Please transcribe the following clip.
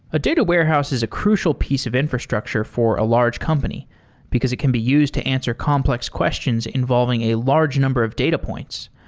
a data warehouse is a crucial piece of infrastructure for a large company because it can be used to answer complex questions involving a large number of data points.